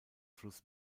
fluss